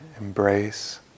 embrace